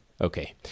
Okay